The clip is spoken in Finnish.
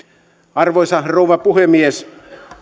arvoisa rouva puhemies